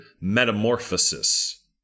metamorphosis